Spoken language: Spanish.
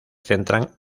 centran